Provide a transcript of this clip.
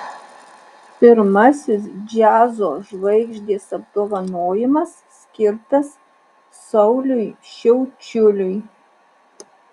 pirmasis džiazo žvaigždės apdovanojimas skirtas sauliui šiaučiuliui